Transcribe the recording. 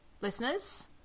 Listeners